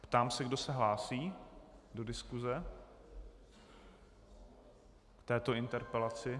Ptám se, kdo se hlásí do diskuse k této interpelaci.